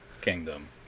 kingdom